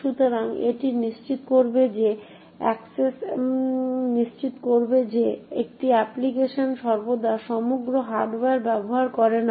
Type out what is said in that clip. সুতরাং এটি নিশ্চিত করবে যে একটি অ্যাপ্লিকেশন সর্বদা সমগ্র হার্ডওয়্যার ব্যবহার করে না